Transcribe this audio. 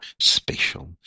spatial